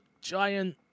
giant